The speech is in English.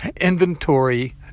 inventory